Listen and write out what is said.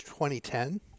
2010